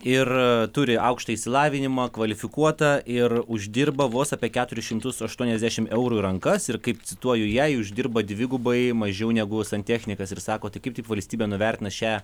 ir turi aukštą išsilavinimą kvalifikuota ir uždirba vos apie keturi šimtai aštuoniasdešim eurų į rankas ir kaip cituoju jei uždirba dvigubai mažiau negu santechnikas ir sako tai kaip valstybė nuvertina šią